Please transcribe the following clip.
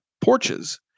porches